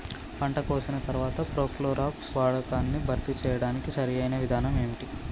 పంట కోసిన తర్వాత ప్రోక్లోరాక్స్ వాడకాన్ని భర్తీ చేయడానికి సరియైన విధానం ఏమిటి?